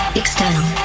external